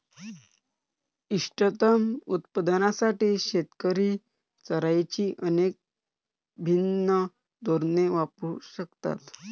इष्टतम उत्पादनासाठी शेतकरी चराईची अनेक भिन्न धोरणे वापरू शकतात